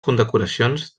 condecoracions